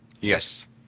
Yes